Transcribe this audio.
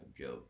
joke